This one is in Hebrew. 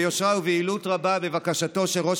ביושרה וביעילות רבה בבקשתו של ראש